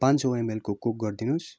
पाँच सय एमएलको कोक गरिदिनुहोस्